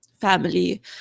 family